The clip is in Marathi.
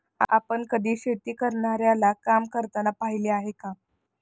आपण कधी शेती करणाऱ्याला काम करताना पाहिले आहे का?